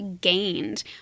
gained